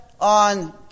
on